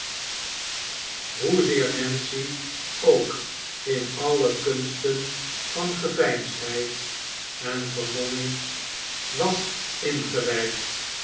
hoezeer nancy ook in alle kunsten van geveinsdheid en vermomming was ingewijd